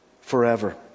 forever